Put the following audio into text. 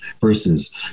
versus